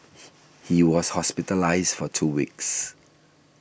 he was hospitalised for two weeks